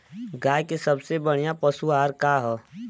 गाय के सबसे बढ़िया पशु आहार का ह?